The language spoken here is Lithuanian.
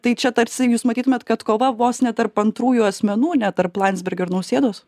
tai čia tarsi jūs matytumėt kad kova vos ne tarp antrųjų asmenų ne tarp landsbergio ir nausėdos